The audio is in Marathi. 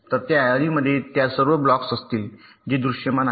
तर त्या यादीमध्ये त्या सर्व ब्लॉक्स असतील जे दृश्यमान आहेत